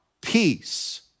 peace